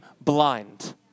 blind